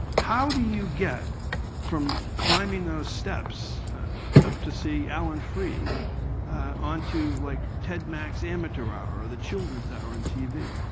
how do you get from climbing those steps up to see alan freed on to like ted mack's amateur hour or the children's hour on tv?